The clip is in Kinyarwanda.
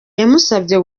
yamusabye